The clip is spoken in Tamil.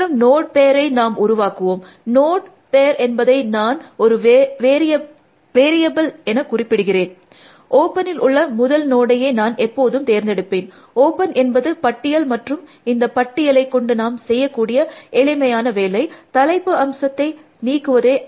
பின்வரும் நோட் பேரை நாம் உருவாக்குவோம் நோட் பேர் என்பதை நான் ஒரு வேரியபில் என குறிப்பிடுகிறேன் ஓப்பனில் உள்ள முதல் நோடையே நான் எப்போதும் தேர்ந்தெடுப்பேன் ஓப்பன் என்பது பட்டியல் மற்றும் இந்த பட்டியலை கொண்டு நாம் செய்யக்கூடிய எளிமையான வேலை தலைப்பு அம்சத்தை நீக்குவதே